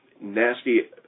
Nasty